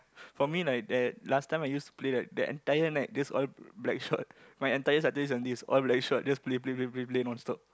for me like that last time I used to play that the entire night is just all Blackshot my entire Saturday Sundays is all Blackshot just play play play play play non-stop